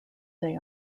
they